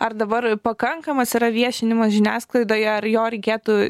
ar dabar pakankamas yra viešinimas žiniasklaidoje ar jo reikėtų